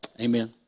amen